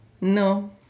No